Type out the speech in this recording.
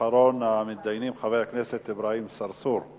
אחרון המתדיינים, חבר הכנסת אברהים צרצור,